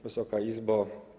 Wysoka Izbo!